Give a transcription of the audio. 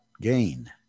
gain